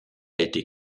été